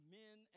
men